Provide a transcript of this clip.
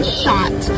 shot